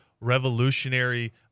revolutionary